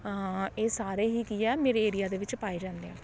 ਇਹ ਸਾਰੇ ਹੀ ਕੀ ਆ ਮੇਰੇ ਏਰੀਆ ਦੇ ਵਿੱਚ ਪਾਏ ਜਾਂਦੇ ਆ